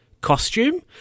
costume